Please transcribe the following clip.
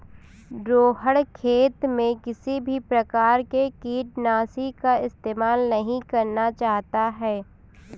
रोहण खेत में किसी भी प्रकार के कीटनाशी का इस्तेमाल नहीं करना चाहता है